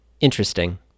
interesting